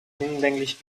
hinlänglich